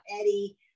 Eddie